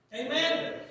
Amen